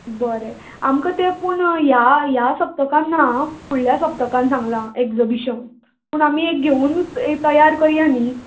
बरें आमकां तें पूण ह्या ह्या सप्तकान ना आ फुडल्या सप्तकान सांगलां एग्जबिशन पूण आमी एक घेवुनूत ए तयार करया न्ही